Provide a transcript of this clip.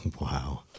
Wow